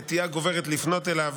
נטייה גוברת לפנות אליו,